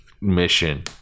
mission